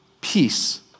peace